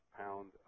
pound